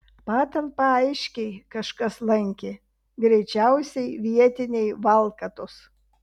patalpą aiškiai kažkas lankė greičiausiai vietiniai valkatos